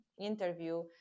interview